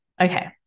Okay